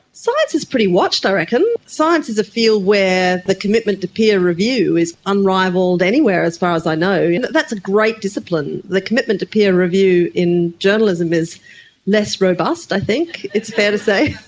science is pretty watched i reckon. science is a field where the commitment to peer review is unrivalled anywhere as far as i know, and you know that's a great discipline. the commitment to peer review in journalism is less robust i think, it's fair to say.